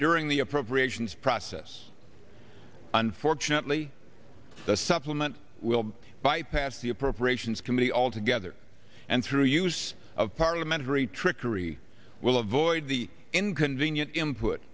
during the appropriations process unfortunately the supplement will bypass the appropriations committee altogether and through use of parliamentary trickery will avoid the inconvenien